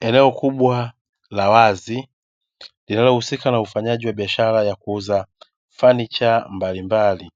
Eneo kubwa la wazi linalohusika na ufanyaji wa biashara ya kuuza fanicha mbalimbali